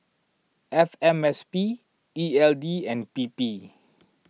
F M S P E L D and P P